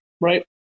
right